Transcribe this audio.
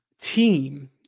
team